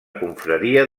confraria